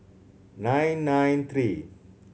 nine nine three